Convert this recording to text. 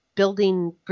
Building